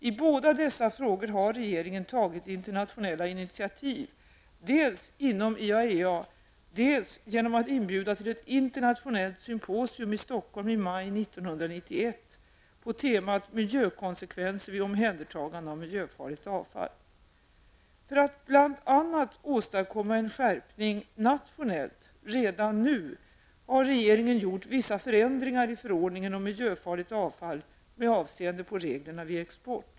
I båda dessa frågor har regeringen tagit internationella initiativ dels inom IAEA, dels genom att inbjuda till ett internationellt symposium i Stockholm i maj 1991 på temat Miljökonsekvenser vid omhändertagande av miljöfarligt avfall. För att bl.a. redan nu åstadkomma en skärpning nationellt, har regeringen gjort vissa förändringar i förordningen om miljöfarligt avfall med avseende på reglerna vid export.